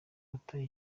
wateye